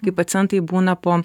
kai pacientai būna po